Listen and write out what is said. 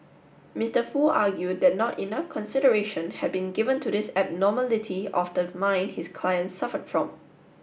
Mister Foo argued that not enough consideration had been given to this abnormality of the mind his client suffered from